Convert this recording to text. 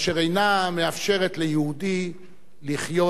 אשר אינה מאפשרת ליהודי לחיות